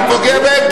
אני פוגע בהם?